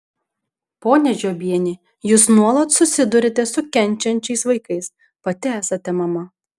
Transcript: ponia žiobiene jūs nuolat susiduriate su kenčiančiais vaikais pati esate mama